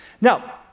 Now